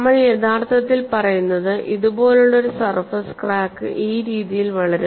നമ്മൾ യഥാർത്ഥത്തിൽ പറയുന്നത് ഇതുപോലുള്ള ഒരു സർഫസ് ക്രാക്ക് ഈ രീതിയിൽ വളരും